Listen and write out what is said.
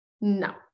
No